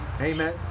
Amen